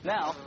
Now